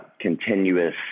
continuous